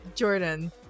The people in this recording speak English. Jordan